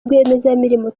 rwiyemezamirimo